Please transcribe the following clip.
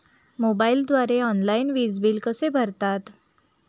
मोबाईलद्वारे ऑनलाईन वीज बिल कसे भरतात?